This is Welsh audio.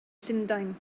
llundain